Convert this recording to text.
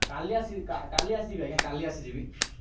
କାଲି ଆସିବି କାଲି ଆସିିଯିବି ଆଜ୍ଞା କାଲି ଆସିଯିବି